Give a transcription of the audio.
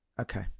Okay